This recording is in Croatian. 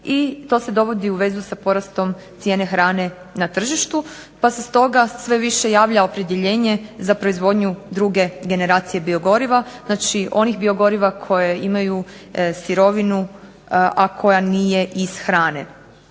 i to se dovodi u vezu sa porastom cijene hrane na tržištu, pa se stoga sve više javlja opredjeljenje za proizvodnju druge generacije biogoriva, znači onih biogoriva koje imaju sirovinu, a koja nije iz hrane.